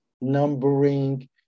numbering